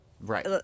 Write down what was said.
Right